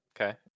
Okay